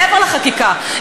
מעבר לחקיקה,